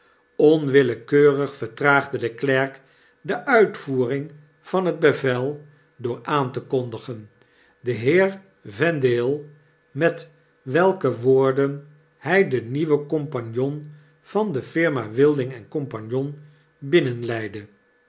onwillekeurig vertraagde de klerk de uitvoering van het bevel door aan tekondigen de heer vendale met welke woorden hij den nieuwen compagnon van de firma wilding en